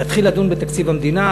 להתחיל לדון בתקציב המדינה.